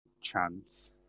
chance